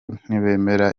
ntibemera